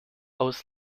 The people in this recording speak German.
aus